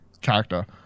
character